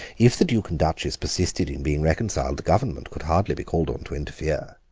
if the duke and duchess persisted in being reconciled the government could hardly be called on to interfere.